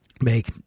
make